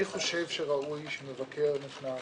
לגבי מבקר נכנס,